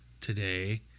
today